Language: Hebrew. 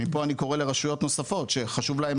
מפה אני קורא לרשויות נוספות שחשוב להם